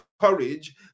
courage